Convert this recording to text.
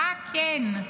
מה כן?